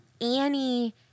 Annie